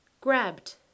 grabbed